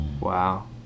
Wow